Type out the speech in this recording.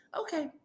okay